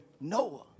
Noah